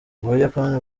ubuyapani